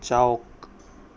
যাওক